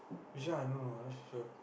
which one I know I not so sure